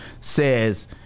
says